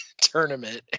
tournament